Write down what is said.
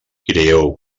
crieu